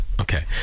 Okay